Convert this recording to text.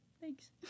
thanks